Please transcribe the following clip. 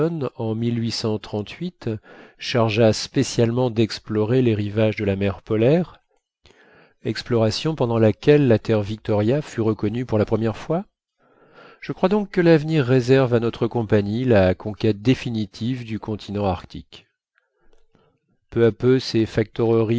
en chargea spécialement d'explorer les rivages de la mer polaire exploration pendant laquelle la terre victoria fut reconnue pour la première fois je crois donc que l'avenir réserve à notre compagnie la conquête définitive du continent arctique peu à peu ses